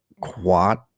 quad